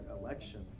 election